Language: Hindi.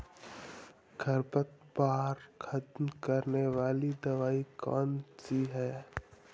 खरपतवार खत्म करने वाली दवाई कौन सी है?